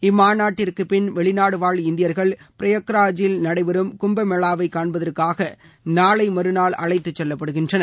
இம்மாநாட்டிற்குப்பின் வெளிநாடுவாழ் இந்தியர்கள் பிரயாக்ராஜில் நடைபெறும் கும்பமேளாவை காண்பதற்காக நாளை மறுநாள் அழைத்துச் செல்லப்படுகின்றனர்